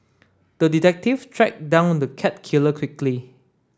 the detective tracked down the cat killer quickly